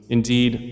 Indeed